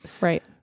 Right